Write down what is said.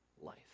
life